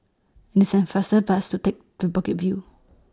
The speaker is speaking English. and same faster fast to Take to Bukit View